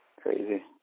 Crazy